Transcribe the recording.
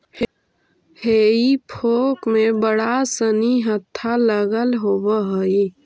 हेई फोक में बड़ा सानि हत्था लगल होवऽ हई